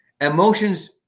Emotions